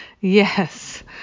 Yes